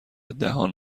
دهان